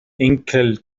enkel